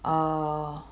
err